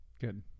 Good